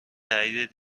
تایید